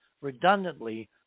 redundantly